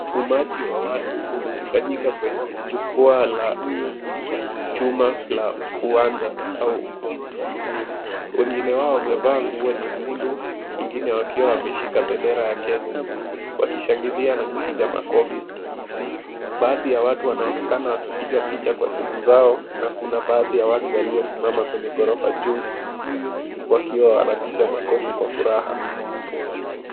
Umati wa watu umekusanyika kwenye jukwaa la chuma la uwanja au ukumbi. Wengine wao wamevaa nguo nyekundu wengine wakiwa wameshika bendera ya Kenya wakishangilia na kupiga makofi. Baadhi ya watu wanaonekana wakipiga picha kwa simu zao, na kuna baadhi ya watu waliosimama kwenye ghorofa juu wakiwa wanapiga makofi kwa furaha.